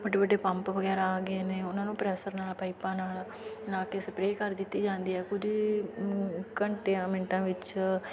ਵੱਡੇ ਵੱਡੇ ਪੰਪ ਵਗੈਰਾ ਆ ਗਏ ਨੇ ਉਹਨਾਂ ਨੂੰ ਪ੍ਰੈਸਰ ਨਾਲ ਪਾਈਪਾਂ ਨਾਲ ਲਾ ਕੇ ਸਪਰੇ ਕਰ ਦਿੱਤੀ ਜਾਂਦੀ ਆ ਕੁਝ ਘੰਟਿਆਂ ਮਿੰਟਾਂ ਵਿੱਚ